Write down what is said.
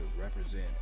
represent